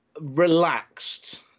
relaxed